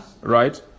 right